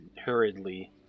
hurriedly